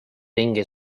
ringi